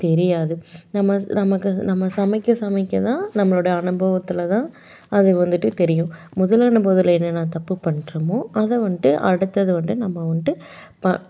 தெரியாது நம்ம நமக்கு நம்ம சமைக்க சமைக்க தான் நம்மளுடைய அனுபவத்தில் தான் அது வந்துட்டு தெரியும் முதல் அனுபவத்தில் என்னென்ன தப்பு பண்ணுறமோ அதை வந்துட்டு அடுத்த தடவை நம்ம வந்துட்டு